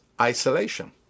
isolation